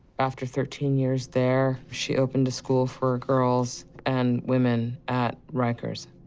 after thirteen years there, she opened a school for girls and women at rikers,